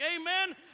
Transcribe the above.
amen